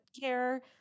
care